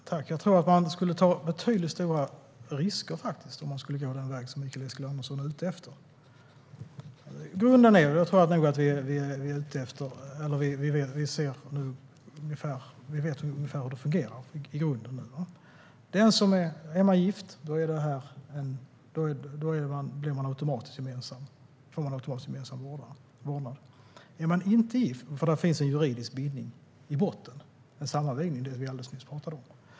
Herr talman! Jag tror att man skulle ta stora risker om man skulle göra det som Mikael Eskilandersson är ute efter. Jag tror nog att vi vet ungefär hur det fungerar i grunden. Är man gift får man automatiskt gemensam vårdnad, för där finns en juridisk bindning i botten, som vi alldeles nyss pratade om.